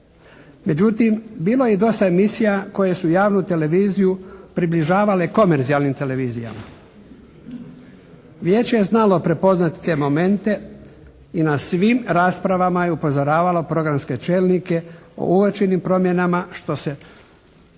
Međutim, bilo je i dosta emisija koje su javnu televiziju približavale komercijalnim televizijama. Vijeće je znalo prepoznati te momente i na svim raspravama je upozoravalo programske čelnike o uočenim promjenama što se,